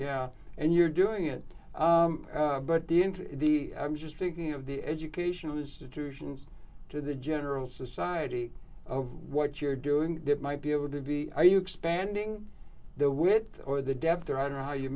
yeah and you're doing it but the in to the i'm just thinking of the educational institutions to the general society of what you're doing that might be able to be are you expanding the width or the depth or i don't know how you